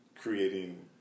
creating